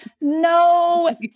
no